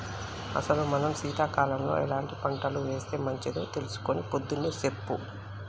అసలు మనం సీతకాలంలో ఎలాంటి పంటలు ఏస్తే మంచిదో తెలుసుకొని పొద్దున్నే సెప్పు